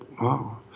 Wow